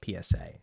PSA